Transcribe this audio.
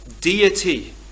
deity